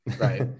Right